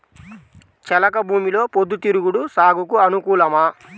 చెలక భూమిలో పొద్దు తిరుగుడు సాగుకు అనుకూలమా?